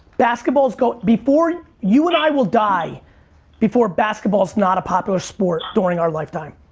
basketballs go, before, you and i will die before basketball's not a popular sport during our lifetime.